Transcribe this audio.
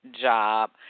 job